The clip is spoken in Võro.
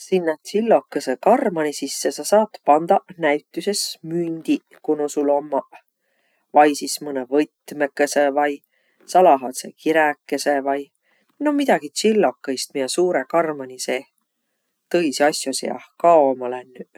Sinnäq tsill'okõsõ karmani sisse sa saat pandaq näütüses mündiq, ku nu sul ommaq. Vai sis mõnõ võtmõkõsõ vai salahadsõ kiräkese vai. No midägiq tsillokõist, miä suurõ karmani seeh tõisi asjo siäh kaoma lännüq.